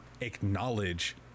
acknowledge